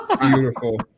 Beautiful